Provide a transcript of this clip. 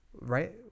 right